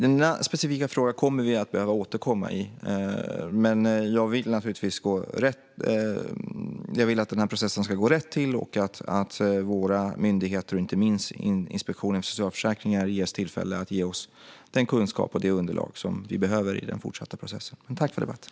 Denna specifika fråga kommer vi att behöva återkomma till, men jag vill att processen ska gå rätt till och att våra myndigheter, inte minst Inspektionen för socialförsäkringen, ges tillfälle att ge oss den kunskap och det underlag vi behöver i den fortsatta processen. Tack för debatten!